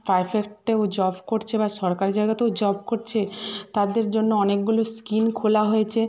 পারফেক্টেও job করছে বা সরকারি জায়গাতেও জব করছে তাদের জন্য অনেকগুলো স্কিম খোলা হয়েছে